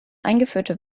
eingeführte